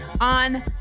on